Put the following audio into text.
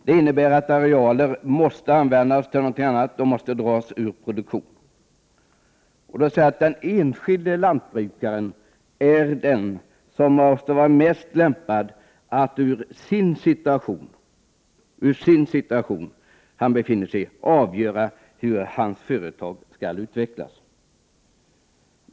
Det innebär att arealer måste dras ur produktion och användas till någonting annat. Då måste den enskilde lantbrukaren vara den som är mest lämpad att utifrån sin situation avgöra hur hans företag skall utvecklas.